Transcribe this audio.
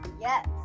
yes